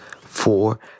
four